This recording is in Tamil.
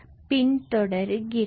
பின் தொடர்கிறது